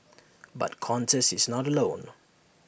but Qantas is not alone